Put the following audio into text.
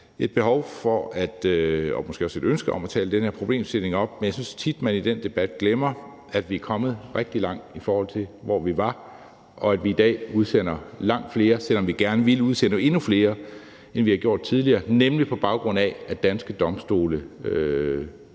et behov for og måske også et ønske om at tale den her problemstilling op, men jeg synes tit, man i den debat glemmer, at vi er kommet rigtig langt, i forhold til hvor vi var, og at vi i dag udsender langt flere, selv om vi gerne ville udsende endnu flere, end vi har gjort tidligere, nemlig på baggrund af at danske domstole beder